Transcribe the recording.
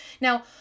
Now